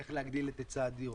איך להגדיל את היצע החדרים?